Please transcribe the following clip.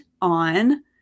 on